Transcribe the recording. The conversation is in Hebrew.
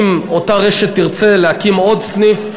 אם אותה רשת תרצה להקים עוד סניף,